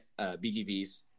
BGVs